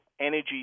energy